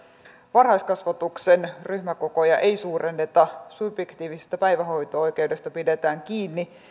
varhaiskasvatuksen ryhmäkokoja ei suurenneta subjektiivisesta päivähoito oikeudesta pidetään kiinni